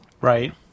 Right